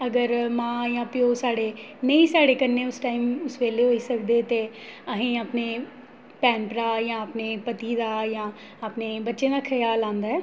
अगर मां जां प्यो साढ़े नेईं साढ़े कन्नै उस टाइम उस बेल्लै होई सकदे ते असें ई अपने भैन भ्राऽ जां अपने पति दा या बच्चें दा ख्याल औंदा ऐ